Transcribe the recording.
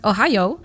Ohio